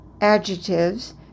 adjectives